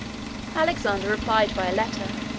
alexander replied by a letter,